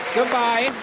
Goodbye